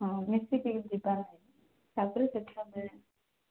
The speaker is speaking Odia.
ହଁ ମିଶିକି ଯିବା ତା'ପରେ ଦେଖିବା ବେଳେ